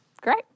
great